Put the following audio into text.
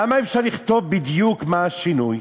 למה אי-אפשר לכתוב בדיוק מה השינוי?